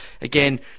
Again